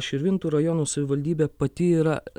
širvintų rajono savivaldybė pati yra